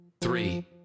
three